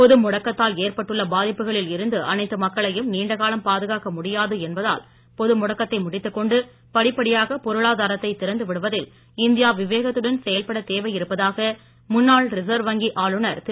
பொது முடக்கத்தால் ஏற்பட்டுள்ள பாதிப்புகளில் இருந்து அனைத்து மக்களையும் நீண்டகாலம் பாதுகாக்க முடியாது என்பதால் பொது முடக்கத்தை முடித்துக் கொண்டு படிப்படியாக பொருளாதாரத்தை திறந்து விடுவதில் இந்தியா விவேகத்துடன் செயல்படத் தேவை இருப்பதாக முன்னாள் ரிசர்வ் வங்கி ஆளுநர் திரு